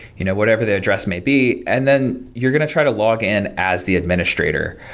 you know whatever the address may be, and then you're going to try to log in as the administrator.